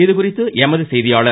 இதுகுறித்து எமது செய்தியாளர்